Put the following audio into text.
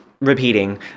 repeating